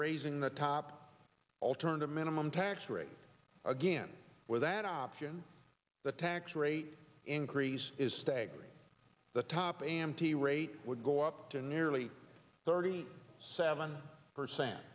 raising the top alternative minimum tax rate again where that option the tax rate increase is staggering the top am t rate would go up to nearly thirty seven